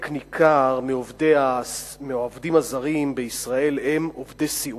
חלק ניכר מהעובדים הזרים בישראל הם עובדי סיעוד.